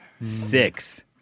Six